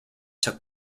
took